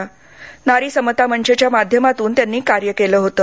नारी समता मंच च्या माध्यमातून त्यांनी कार्य केलं होतं